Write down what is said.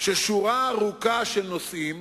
ששורה ארוכה של נושאים